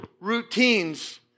routines